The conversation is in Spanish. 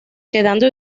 quedando